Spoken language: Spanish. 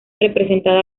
representada